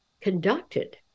conducted